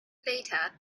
later